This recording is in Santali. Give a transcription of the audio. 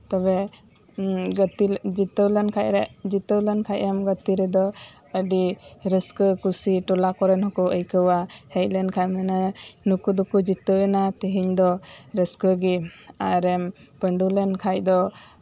ᱛᱚᱵᱮ ᱜᱟᱛᱮ ᱡᱤᱛᱟᱹᱣ ᱞᱮᱱᱠᱷᱟᱱ ᱡᱤᱛᱟᱹᱣ ᱞᱮᱱᱠᱷᱟᱱ ᱜᱟᱛᱮ ᱨᱮᱫᱚ ᱟᱹᱰᱤ ᱨᱟᱹᱥᱠᱟᱹ ᱠᱩᱥᱤ ᱴᱚᱞᱟ ᱠᱚᱨᱮᱱ ᱦᱚᱸ ᱠᱚ ᱟᱹᱭᱠᱟᱹᱣᱟ ᱦᱮᱡ ᱞᱮᱱᱠᱷᱟᱱ ᱠᱚ ᱢᱮᱱᱟ ᱱᱩᱠᱩ ᱫᱚᱠᱚ ᱡᱤᱛᱟᱹᱣ ᱮᱱᱟ ᱛᱮᱦᱤᱧ ᱨᱟᱹᱥᱠᱟᱹ ᱜᱮ ᱟᱨᱮᱢ ᱯᱟᱹᱰᱩ ᱞᱮᱱᱠᱷᱟᱱ ᱫᱚ ᱠᱚᱥᱴᱚ ᱜᱮ